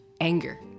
anger